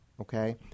okay